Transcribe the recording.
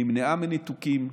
כן נמנעה מניתוקים,